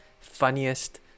funniest